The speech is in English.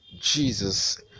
Jesus